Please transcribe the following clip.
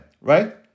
right